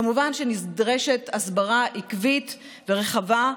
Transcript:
כמובן שנדרשת הסברה עקבית ורחבה,